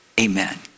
amen